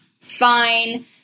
fine